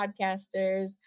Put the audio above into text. podcasters